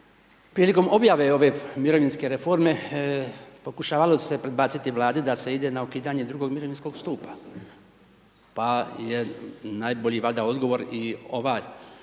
prilikom objave ove mirovinske reforme, pokušavalo se predbaciti Vladi da se ide na ukidanje drugog mirovinskog stupa, pa je najbolji valjda odgovor i ovaj